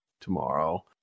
tomorrow